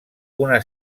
una